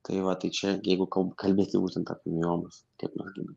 tai va tai čia jeigu kau kalbėti būtent apie miomas kaip norime